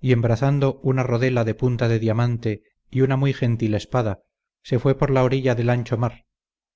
y embrazando una rodela de punta de diamante y una muy gentil espada se fue por la orilla del ancho mar